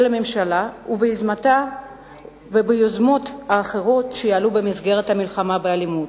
הממשלה וביוזמות האחרות שיעלו במסגרת המלחמה באלימות.